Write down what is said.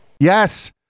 Yes